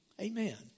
Amen